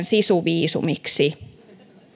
sisuviisumiksi